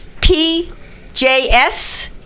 PJS